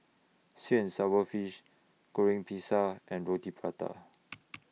Sweet and Sour Fish Goreng Pisang and Roti Prata